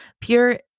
pure